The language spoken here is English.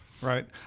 Right